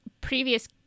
previous